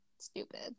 stupid